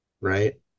right